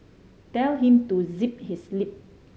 tell him to zip his lip